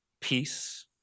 peace